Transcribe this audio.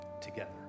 together